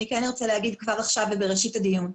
אני כן ארצה להגיד כבר עכשיו ובראשית הדיון,